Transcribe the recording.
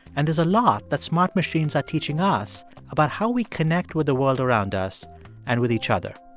and there's a lot that smart machines are teaching us about how we connect with the world around us and with each other.